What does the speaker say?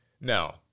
Now